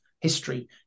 history